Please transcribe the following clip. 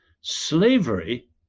slavery